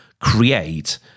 create